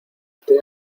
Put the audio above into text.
estoy